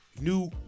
New